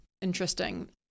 interesting